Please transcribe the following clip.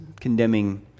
condemning